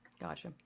Gotcha